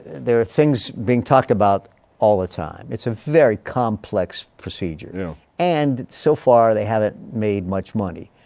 there are things being talked about all the time. it's a very complex procedure you know and so far they haven't made much money.